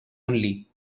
only